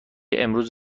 امروز